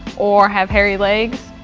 or have hairy legs.